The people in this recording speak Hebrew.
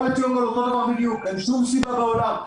אין סיבה בעולם.